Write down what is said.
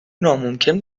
ناممکن